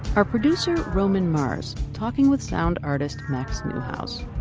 our producer, roman mars, talking with sound artist max neuhaus.